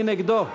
מי נגדו?